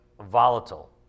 volatile